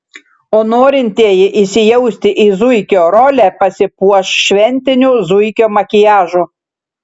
o norintieji įsijausti į zuikio rolę pasipuoš šventiniu zuikio makiažu